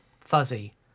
fuzzy